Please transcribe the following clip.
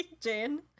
Jane